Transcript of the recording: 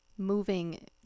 Moving